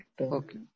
Okay